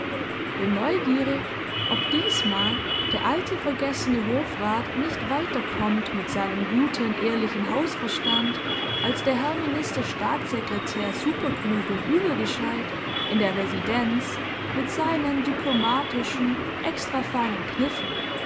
bin neugierig ob diesmal der alte vergessene hofrat nicht weiter kommt mit seinem guten ehrlichen hausverstand als der herr minister staatssekretär superklug und übergescheit in der residenz mit seinen diplomatischen extrafeinen kniffen